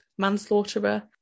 manslaughterer